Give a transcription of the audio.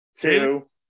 two